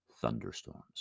thunderstorms